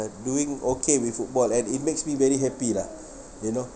doing okay with football and it makes me very happy lah you know